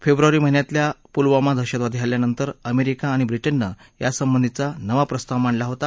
February महिन्यातल्या पुलवामा दहशतवादी हल्ल्यानंतर अमेरिका आणि ब्रिटननं या संबंधीचा नवा प्रस्ताव मांडला होता